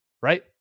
right